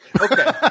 Okay